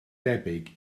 debyg